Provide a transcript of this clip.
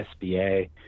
SBA